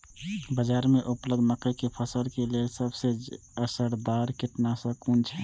बाज़ार में उपलब्ध मके के फसल के लेल सबसे असरदार कीटनाशक कुन छै?